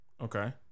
Okay